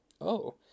Oh